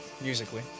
musically